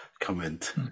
comment